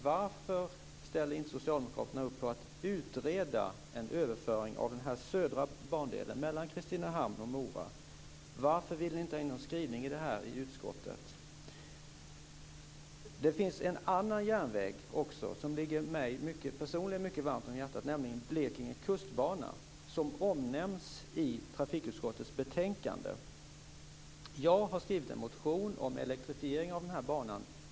Varför ställer inte Socialdemokraterna upp på att utreda en överföring av den södra bandelen, mellan Kristinehamn och Mora? Varför vill ni inte ha någon skrivning om detta i utskottsbetänkandet? Det finns en annan järnväg också som ligger mig personligen mycket varmt om hjärtat, nämligen Blekinge kustbana, som omnämns i trafikutskottets betänkande. Jag har skrivit en motion om elektrifiering av denna bana.